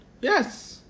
Yes